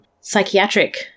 psychiatric